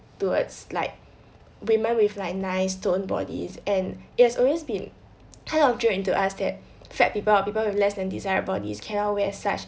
towards like women with like nice toned bodies and it has always been kind of drilled into us that fat people or people with less than desired bodies cannot wear such